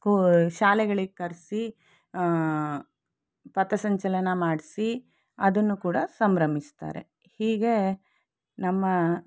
ಸ್ಕೂ ಶಾಲೆಗಳಿಗೆ ಕರೆಸಿ ಪಥಸಂಚಲನ ಮಾಡಿಸಿ ಅದನ್ನು ಕೂಡ ಸಂಭ್ರಮಿಸ್ತಾರೆ ಹೀಗೆ ನಮ್ಮ